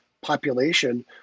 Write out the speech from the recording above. population